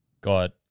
got